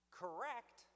correct